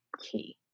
key